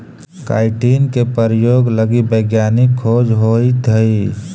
chitin के प्रयोग लगी वैज्ञानिक खोज होइत हई